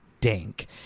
dink